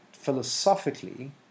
Philosophically